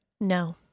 No